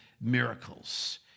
miracles